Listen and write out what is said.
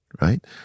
right